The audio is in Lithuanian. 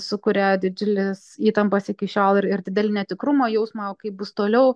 sukuria didžiules įtampas iki šiol ir ir didelį netikrumo jausmą o kaip bus toliau